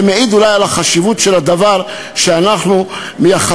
זה מעיד אולי על החשיבות שאנחנו מייחסים